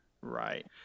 right